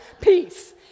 peace